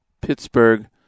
Pittsburgh